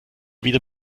wieder